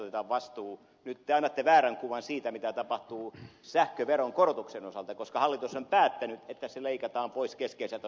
nyt te annatte väärän kuvan siitä mitä tapahtuu sähköveron korotuksen osalta koska hallitus on päättänyt että se leikataan pois keskeiseltä suomalaiselta metsäteollisuudelta